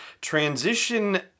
transition